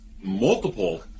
multiple